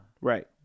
Right